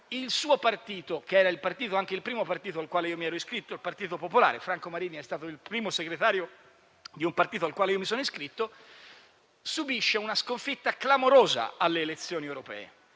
il suo partito, che è anche il primo al quale mi sono iscritto, il Partito Popolare Italiano (Franco Marini è stato il primo segretario di un partito al quale mi sono iscritto), subisce una sconfitta clamorosa alle elezioni europee